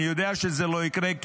אני יודע שזה לא יקרה.